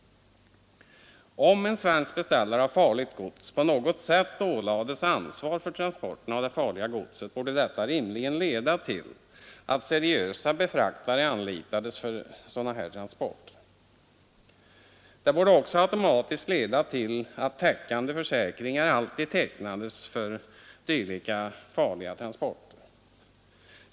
Om en svensk beställare av farligt gods på något sätt ålades ansvar för transporten av det farliga godset borde detta rimligen leda till att seriösa befraktare anlitades för sådana transporter. Det borde också automatiskt leda till att täckande försäkringar alltid tecknades för dylika farliga transporter.